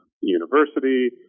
university